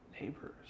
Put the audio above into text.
neighbors